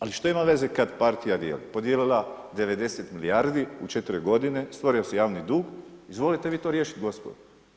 Ali što ima veze kad partija dijeli, podijelila 90 milijardi u 4 godine, stvorio se javni dug, izvolite vi to riješiti, gospodo.